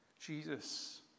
Jesus